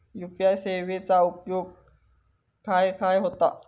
UPI सेवेचा उपयोग खाय खाय होता?